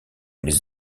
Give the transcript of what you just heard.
les